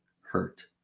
hurt